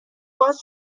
باز